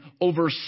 over